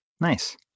Nice